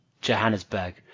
johannesburg